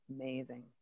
amazing